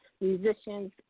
musicians